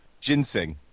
Ginseng